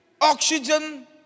oxygen